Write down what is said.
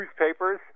newspapers